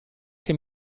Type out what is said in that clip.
che